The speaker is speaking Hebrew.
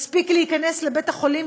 מספיק להיכנס לבית-החולים,